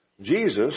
Jesus